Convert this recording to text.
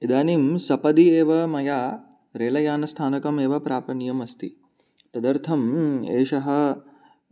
इदानीं सपदि एव मया रेलयानस्थानकमेव प्रापणीयम् अस्ति तदर्थम् एषः